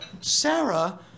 Sarah